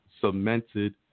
cemented